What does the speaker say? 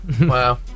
Wow